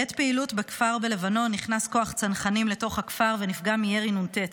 בעת פעילות בכפר בלבנון נכנס כוח צנחנים לתוך הכפר ונפגע מירי נ"ט.